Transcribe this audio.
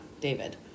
David